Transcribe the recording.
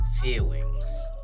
feelings